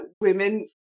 women